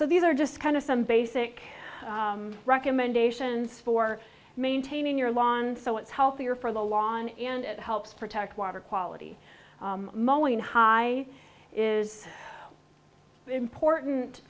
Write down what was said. so these are just kind of some basic recommendations for maintaining your lawn so it's healthier for the lawn and it helps protect water quality moline high is important